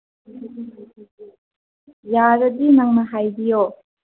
ꯌꯥꯔꯗꯤ ꯅꯪꯅ ꯍꯥꯏꯕꯤꯌꯣ